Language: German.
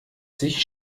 sich